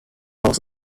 was